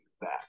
back